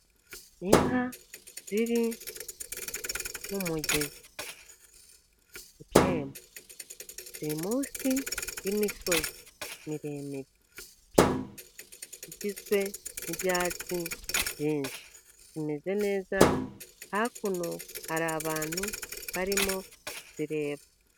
Inka ziri mu mugezi utemba ziri munsi y'imisozi miremire igizwe n'ibyatsi byinshi. Zimeze neza, hakuno hari abantu barimo kuzireba.